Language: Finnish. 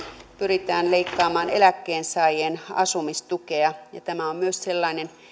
pyritään leikkaamaan eläkkeensaajien asumistukea tämä on myös sellainen